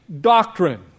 doctrine